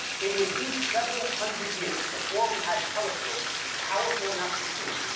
it would be several hundred years before we had telescopes powerful enough to see it,